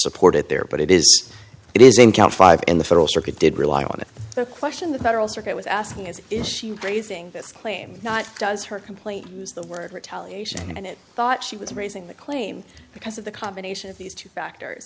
support it there but it is it is in count five in the federal circuit did rely on the question the federal circuit was asking is is she raising this claim not does her complaint use the word retaliation and it thought she was raising the claim because of the combination of these two factors